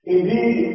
Indeed